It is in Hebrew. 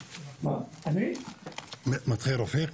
רפיק.